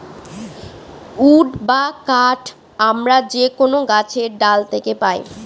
would বা কাঠ আমরা যে কোনো গাছের ডাল থাকে পাই